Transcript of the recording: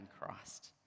Christ